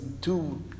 two